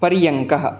पर्यङ्कः